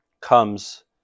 comes